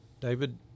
David